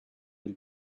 will